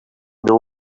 know